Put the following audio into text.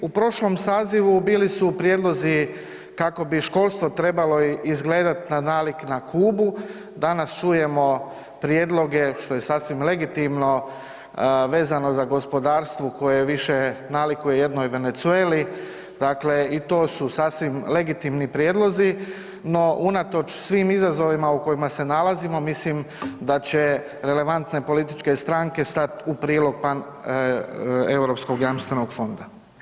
U prošlom sazivu bili su prijedlozi kako bi školstvo trebalo izgledati na nalik na Kubu, danas čujemo prijedloge, što je sasvim legitimno, vezano za gospodarstvo koje više nalikuje jednoj Venecueli, dakle, i to su sasvim legitimni prijedlozi, no, unatoč svim izazovima u kojima se nalazimo mislim da će relevantne političke stranke stati u prilog paneuropskog jamstvenog fonda.